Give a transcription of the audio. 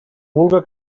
vulga